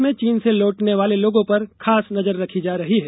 प्रदेश में चीन से लौटने वाले लोगों पर खास नजर रखी जा रही है